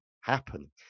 happen